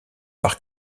par